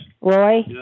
Roy